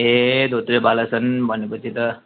ए धोत्रे बालासन भनेपछि त